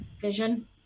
Vision